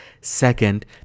Second